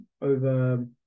over